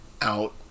out